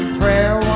prayer